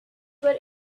were